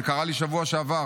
זה קרה לי בשבוע שעבר,